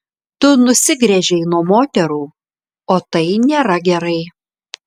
tu nusigręžei nuo moterų o tai nėra gerai